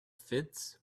fits